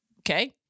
Okay